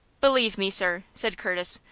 believe me, sir, said curtis,